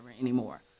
anymore